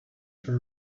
for